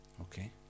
Okay